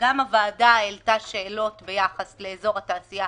גם הוועדה העלתה שאלות ביחס לאזור התעשייה